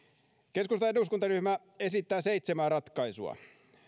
keskustan eduskuntaryhmä esittää seitsemää ratkaisua